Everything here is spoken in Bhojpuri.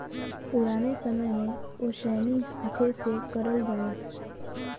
पुराने समय में ओसैनी हाथे से करल जाला